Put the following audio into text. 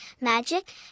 magic